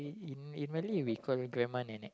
in Malay we call grandma nenek